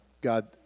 God